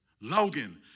Logan